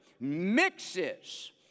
mixes